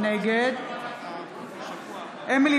נגד אמילי